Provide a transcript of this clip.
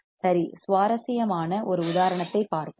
சரி சுவாரஸ்யமான ஒரு உதாரணத்தைப் பார்ப்போம்